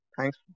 Thanks